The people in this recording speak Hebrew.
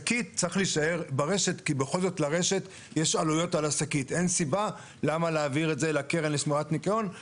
אני חושב שאסור שהחקיקה הזאת תהפוך להכבדה קשה מדי על כלל העוסקים במשק.